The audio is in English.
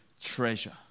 treasure